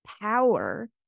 power